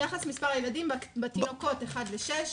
היחס של מספר הילדים: בתינוקות אחד לשש,